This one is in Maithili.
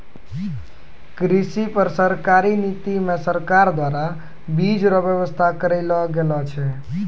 कृषि पर सरकारी नीति मे सरकार द्वारा बीज रो वेवस्था करलो गेलो छै